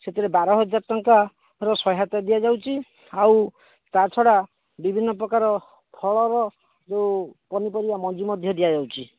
ସେଥିରେ ବାର ହଜାର ଟଙ୍କାର ସହାୟତା ଦିଆଯାଉଛି ଆଉ ତା ଛଡ଼ା ବିଭିନ୍ନପ୍ରକାର ଫଳର ଯୋଉ ପନିପରିବା ମଞ୍ଜି ମଧ୍ୟ ଦିଆଯାଉଛି